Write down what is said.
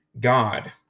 God